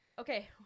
Okay